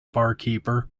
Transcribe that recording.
barkeeper